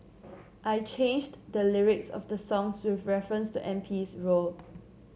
I changed the lyrics of the songs with reference to M P's role